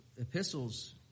epistles